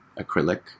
acrylic